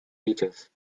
teachers